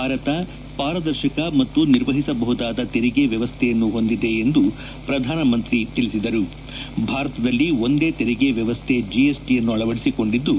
ಭಾರತ ಪಾರದರ್ಶಕ ಮತ್ತು ನಿರ್ವಹಿಸಬಹುದಾದ ತೆರಿಗೆ ವ್ಯವಸ್ಥೆಯನ್ನು ಹೊಂದಿದೆ ಎಂದ ಪ್ರಧಾನಮಂತ್ರಿ ಭಾರತದಲ್ಲಿ ಒಂದೇ ತೆರಿಗೆ ವ್ಯವಸ್ಥೆ ಜಿಎಸ್ ಟಿ ಅನ್ನು ಅಳವಡಿಸಿಕೊಂಡಿದ್ದು